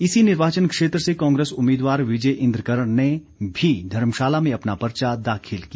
इसी निर्वाचन क्षेत्र से कांग्रेस उम्मीदवार विजय इन्द्र कर्ण ने भी धर्मशाला में अपना पर्चा दाखिल किया